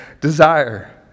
desire